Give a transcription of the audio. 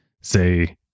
say